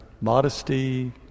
modesty